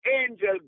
angel